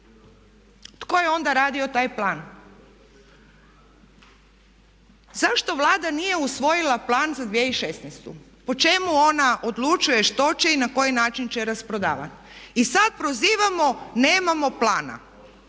Tko je onda radio taj plan? Zašto Vlada nije usvojila Plan za 2016.? Po čemu ona odlučuje što će i na koji način će rasprodavati? I sad prozivamo da nemamo plana.